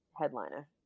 headliner